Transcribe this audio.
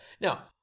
Now